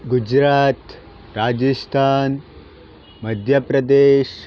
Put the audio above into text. Gujarat Rajasthan Madhya Pradesh